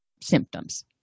symptoms